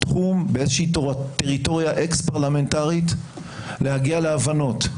בטריטוריה אקס פרלמנטרית להגיע להבנות,